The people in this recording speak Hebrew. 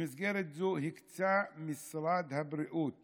במסגרת זו הקצה משרד הבריאות